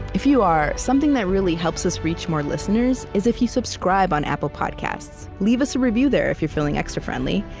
if you are, something that really helps us reach more listeners is if you subscribe on apple podcasts leave us a review there if you're feeling extra friendly.